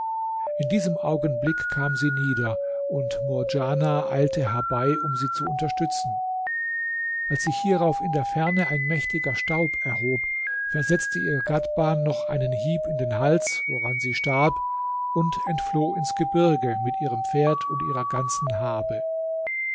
in diesem augenblick kam sie nieder und murdjana eilte herbei um sie zu unterstützen als sich hierauf in der ferne ein mächtiger staub erhob versetzte ihr ghadhban noch einen hieb in den hals woran sie starb und entfloh ins gebirge mit ihrem pferd und ihrer ganzen habe